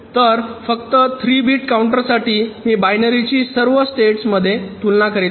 तर फक्त 3 बिट काउंटरसाठी मी बायनरीची सर्व स्टेट्स मध्ये तुलना करीत आहे